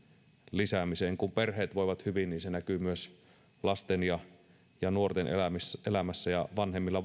lisäämiseen kun perheet voivat hyvin niin se näkyy myös lasten ja nuorten elämässä elämässä ja vanhemmilla